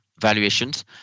valuations